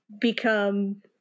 become